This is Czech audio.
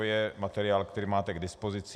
To je materiál, který máte k dispozici.